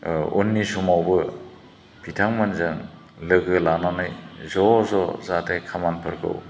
ओ उननि समावबो बिथांमोनजों लोगो लानानै ज' ज' जाहाथे खामानिफोरखौ